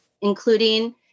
including